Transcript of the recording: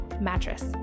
mattress